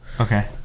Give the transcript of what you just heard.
Okay